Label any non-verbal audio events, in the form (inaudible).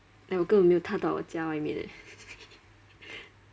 and 我根本没有踏到我家外面 eh (laughs)